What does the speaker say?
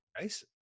Nice